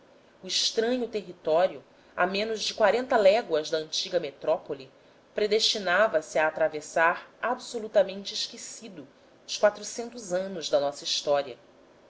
o estranho território a menos de quarenta léguas da antiga metrópole predestinava se a atravessar absolutamente esquecido os quatrocentos anos da nossa história